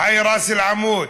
חאי ראס אל-עמוד,